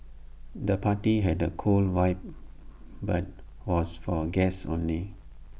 the party had A cool vibe but was for guests only